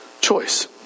choice